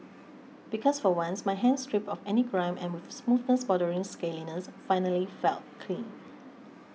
because for once my hands stripped of any grime and with a smoothness bordering scaliness finally felt clean